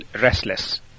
restless